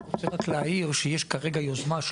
אני רק רוצה להעיר שיש כרגע יוזמה של